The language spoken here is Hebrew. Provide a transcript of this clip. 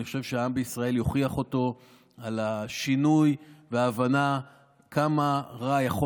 אני חושב שהעם בישראל יוכיח בשינוי את ההבנה כמה רע יכול